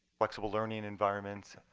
flexible learning environments.